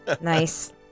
Nice